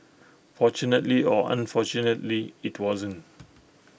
fortunately or unfortunately IT wasn't